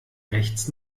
rechts